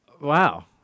Wow